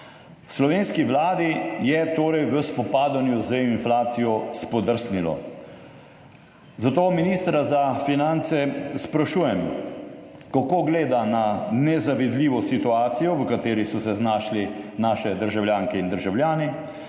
Slovenski Vladi je torej pri spopadanju z inflacijo spodrsnilo. Zato ministra za finance sprašujem: Kako gleda na nezavidljivo situacijo, v kateri so se znašli naše državljanke in državljani?